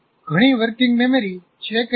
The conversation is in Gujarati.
ઘણી વર્કિંગ સ્મૃતિ છે કે કેમ